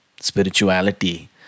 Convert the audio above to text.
spirituality